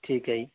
ਠੀਕ ਹੈ ਜੀ